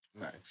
Nice